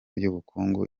y’ubukungu